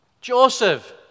Joseph